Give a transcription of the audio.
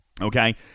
okay